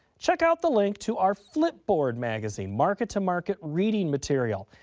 check out the link to our flipboard magazine market to market reading material.